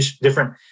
different